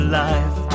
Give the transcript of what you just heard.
life